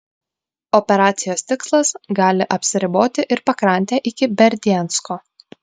operacijos tikslas gali apsiriboti ir pakrante iki berdiansko